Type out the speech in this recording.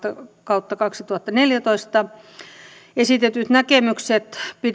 kautta kaksituhattaneljätoista esitettyjä näkemyksiä